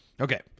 Okay